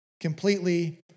completely